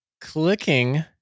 clicking